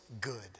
good